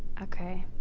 okay.